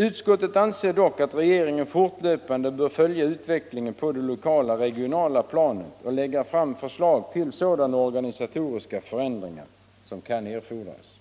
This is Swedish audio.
Utskottet anser dock att regeringen fortlöpande bör följa utvecklingen på det lokala och regionala planet och lägga fram förslag till sådana organisatoriska förändringar som kan erfordras.